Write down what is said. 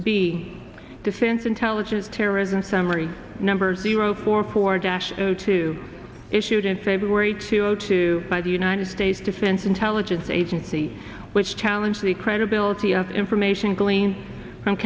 b defense intelligence terrorism summary number zero four four dash two issued in february two zero zero two by the united states defense intelligence agency which challenge the credibility of information glean